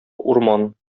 урман